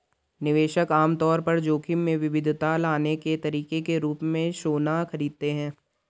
निवेशक आम तौर पर जोखिम में विविधता लाने के तरीके के रूप में सोना खरीदते हैं